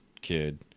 kid